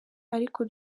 ariko